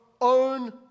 Own